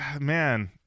man